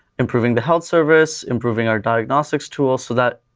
improving the health service, improving our diagnostics tool so that,